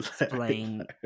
Explain